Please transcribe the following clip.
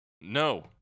No